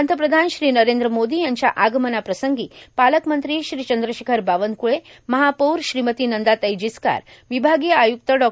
पंतप्रधान नरद्र मोर्दो यांच्या आगमनाप्रसंगी पालकमंत्री चंद्रशेखर बावनक्ळे महापौर श्रीमती नंदाताई जिचकार र्वभागीय आयुक्त डॉ